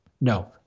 No